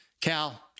Cal